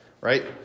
right